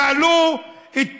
שאלו את פרעה,